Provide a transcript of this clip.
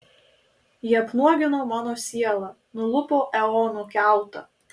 ji apnuogino mano sielą nulupo eono kiautą